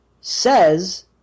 says